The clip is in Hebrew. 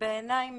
בעיניים